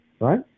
right